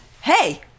hey